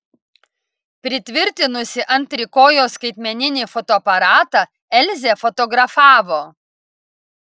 pritvirtinusi ant trikojo skaitmeninį fotoaparatą elzė fotografavo